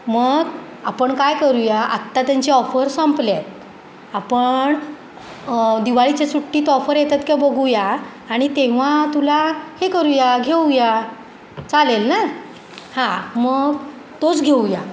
मग आपण काय करूया आत्ता त्यांचे ऑफर संपले आहेत आपण दिवाळीच्या सुट्टीत ऑफर येतात का बघूया आणि तेव्हा तुला हे करूया घेऊया चालेल ना हां मग तोच घेऊया